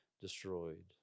destroyed